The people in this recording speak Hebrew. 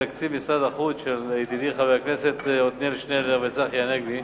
תקציב משרד החוץ) של ידידי חברי הכנסת עתניאל שנלר וצחי הנגבי